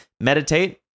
meditate